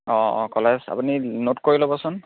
অঁ অঁ কলেজ আপুনি নোট কৰি ল'বচোন